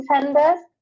defenders